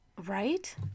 Right